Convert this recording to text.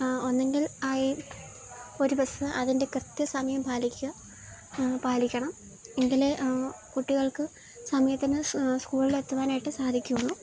ഒന്നുകിൽ ആയി ഒരു ബസ് അതിൻ്റെ കൃത്യസമയം പാലിക്കാൻ പാലിക്കണം എങ്കിലെ കുട്ടികൾക്ക് സമയത്ത് തന്നെ സ്കൂളിൽ എത്തുവാനായിട്ട് സാധിക്കൂള്ളു